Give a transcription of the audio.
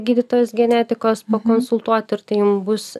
gydytojas genetikas pakonsultuot ir tai jum bus